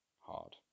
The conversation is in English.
hard